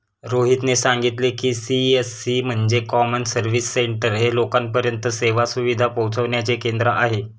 रोहितने सांगितले की, सी.एस.सी म्हणजे कॉमन सर्व्हिस सेंटर हे लोकांपर्यंत सेवा सुविधा पोहचविण्याचे केंद्र आहे